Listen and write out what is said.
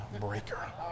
breaker